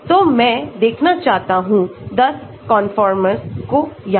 तो मैं देखना चाहता हूं 10 कंफर्मर्सको यहां